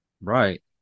Right